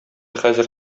хәзер